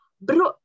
Bro